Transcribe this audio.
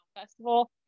festival